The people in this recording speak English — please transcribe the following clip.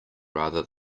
rather